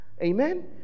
Amen